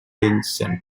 descent